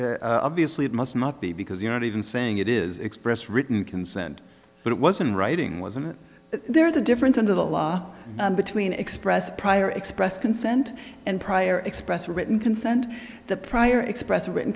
this obviously it must not be because you're not even saying it is express written consent but it wasn't writing wasn't there is a difference under the law between express prior express consent and prior expressed written consent the prior expressed written